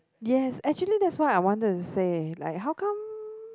yes actually that's why I wanted to say like how come